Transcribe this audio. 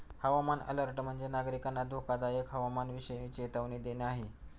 हवामान अलर्ट म्हणजे, नागरिकांना धोकादायक हवामानाविषयी चेतावणी देणे आहे